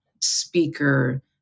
speaker